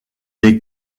des